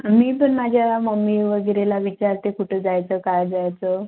आणि मी पण माझ्या मम्मी वगैरेला विचारते कुठे जायचं काय जायचं